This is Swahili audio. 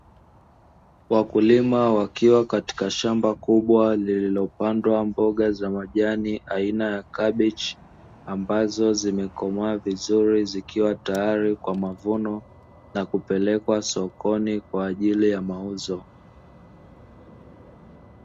Wakulima wakiwa katika shamba kubwa lililo pandwa mboga za majani aina ya kabichi ambazo zimekomaa vizuri zikiwa tayari kwa mavuno na kupelekwa sokoni kwa ajili ya mauzo.